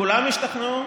כולם השתכנעו?